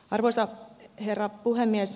arvoisa herra puhemies